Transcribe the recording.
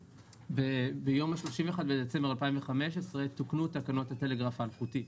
ביום 31 בדצמבר 2015 תוקנו תקנות הטלגרף האלחוטי.